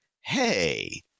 Hey